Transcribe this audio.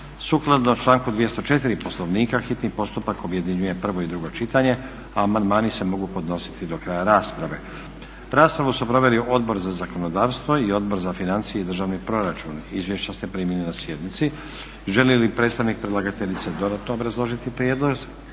Sukladno članku 204. Poslovnika hitni postupak objedinjuje prvo i drugo čitanje, a amandmani se mogu podnositi do kraja rasprave. Raspravu su proveli Odbor za zakonodavstvo i Odbor za financije i državni proračun. Izvješća ste primili na sjednici. Želi li predstavnik predlagateljice dodatno obrazložiti prijedlog?